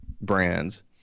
brands